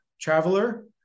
traveler